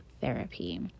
therapy